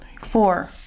Four